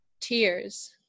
tears